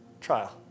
Trial